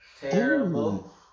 Terrible